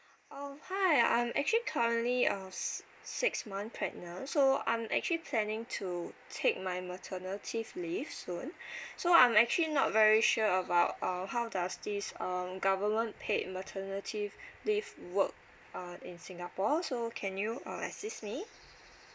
oh hi I'm actually currently uh si~ six month pregnant so I'm actually planning to take my maternity leave soon so I'm actually not very sure about uh how does this uh government paid maternity leave work uh in singapore so can you uh assist me